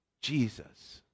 Jesus